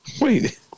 Wait